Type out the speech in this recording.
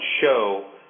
show